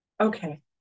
Okay